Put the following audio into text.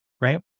right